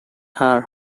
are